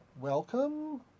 welcome